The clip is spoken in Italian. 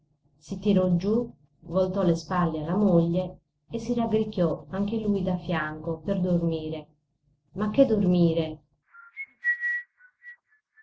si tirò giù voltò le spalle alla moglie e si raggricchiò anche lui da fianco per dormire ma che dormire